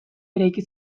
eraiki